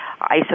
ISO